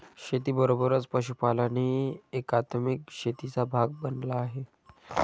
शेतीबरोबरच पशुपालनही एकात्मिक शेतीचा भाग बनला आहे